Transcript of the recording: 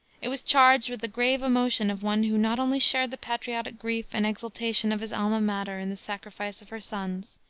it was charged with the grave emotion of one who not only shared the patriotic grief and exultation of his alma mater in the sacrifice of her sons,